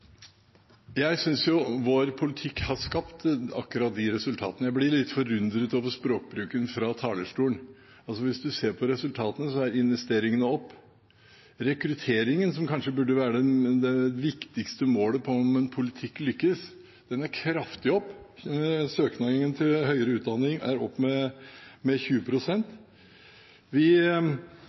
Jeg synes vår politikk har skapt akkurat de resultatene, og jeg blir litt forundret over språkbruken fra talerstolen. Hvis man ser på resultatene, går investeringene opp, og rekrutteringen – som kanskje burde være det viktigste målet på om en politikk lykkes – er gått kraftig opp. Søkingen til høyere utdanning er gått opp med 20 pst. Vi